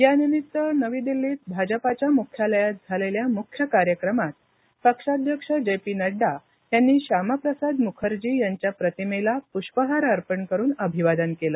यानिमित्त नवी दिल्लीत भाजपाच्या मुख्यालयात झालेल्या मुख्य कार्यक्रमात पक्षाध्यक्ष जे पी नड्डा यांनी श्यामाप्रसाद मुखर्जी यांच्या प्रतिमेला पृष्पहार अर्पण करून अभिवादन केलं